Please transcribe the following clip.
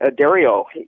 Dario